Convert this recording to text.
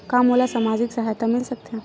का मोला सामाजिक सहायता मिल सकथे?